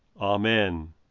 Amen